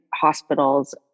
hospitals